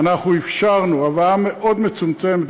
אנחנו אפשרנו הבאה מאוד מצומצמת,